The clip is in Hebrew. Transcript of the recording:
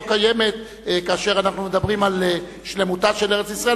קיימת כאשר אנחנו מדברים על שלמותה של ארץ-ישראל,